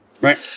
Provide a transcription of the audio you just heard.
Right